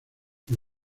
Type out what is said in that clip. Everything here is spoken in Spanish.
por